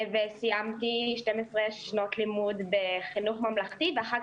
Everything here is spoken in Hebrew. סיימתי 12 שנות לימוד בחינוך ממלכתי ואחר